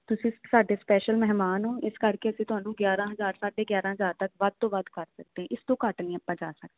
ਤੁਸੀਂ ਸਾਡੇ ਸਪੈਸ਼ਲ ਮਹਿਮਾਨ ਹੋ ਇਸ ਕਰਕੇ ਅਸੀਂ ਤੁਹਾਨੂੰ ਗਿਆਰਾਂ ਹਜਾਰ ਸਾਢੇ ਗਿਆਰਾਂ ਹਜਾਰ ਤੱਕ ਵੱਧ ਤੋਂ ਵੱਧ ਕਰ ਸਕੇ ਉਸ ਤੋਂ ਘੱਟ ਨਹੀਂ ਆਪਾਂ ਜਾ ਸਕਦੇ